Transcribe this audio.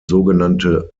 sogenannte